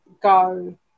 go